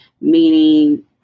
meaning